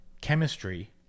chemistry